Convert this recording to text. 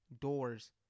doors